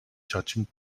judging